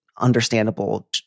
understandable